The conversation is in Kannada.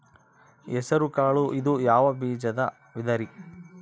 ಹೆಸರುಕಾಳು ಇದು ಯಾವ ಬೇಜದ ವಿಧರಿ?